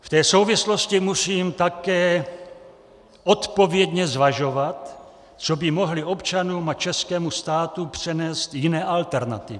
V té souvislosti musím také odpovědně zvažovat, co by mohly občanům a českému státu přinést jiné alternativy.